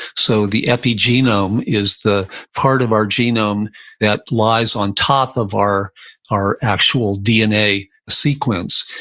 so the epigenome is the part of our genome that lies on top of our our actual dna sequence.